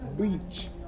beach